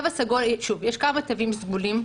שוב, יש כמה תווים סגולים.